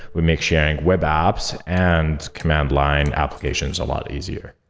we make sharing web apps and command line applications a lot easier.